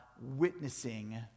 witnessing